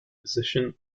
position